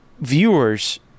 Viewers